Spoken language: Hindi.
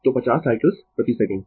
तो 50 साइकल्स प्रति सेकंड